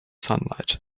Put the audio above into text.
sunlight